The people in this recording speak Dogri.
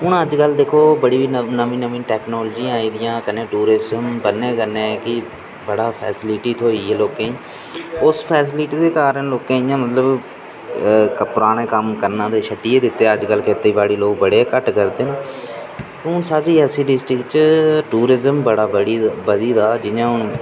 हून अज्ज कल्ल दिक्खो बड़ी नमीं नमीं टैक्नाॅलजीयां आई दियां कन्नै बड़ी फैसलिटी थ्होई दी लोकें गी ओस फैसलिटी दे कारण लोकें गी इ'यां मतलव पुराने कम्म करना छड्डी गै दित्ता दा अज्ज कल्ल खेती बाड़ी बड़े गै घट्ट लोक करदे न हून साढ़ी रियासी डिस्ट्रक्ट च टूरिज़म बड़ा बधी दा जि'यां हून